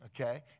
Okay